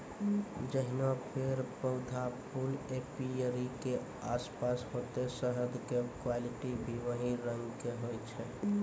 जैहनो पेड़, पौधा, फूल एपीयरी के आसपास होतै शहद के क्वालिटी भी वही रंग होय छै